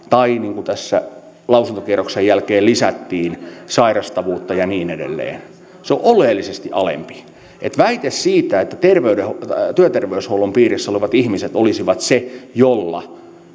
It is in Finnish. tai niin kuin tässä lausuntokierroksen jälkeen lisättiin sairastavuutta ja niin edelleen se on oleellisesti alempi se väite että työterveyshuollon piirissä olevat ihmiset olisivat se jolla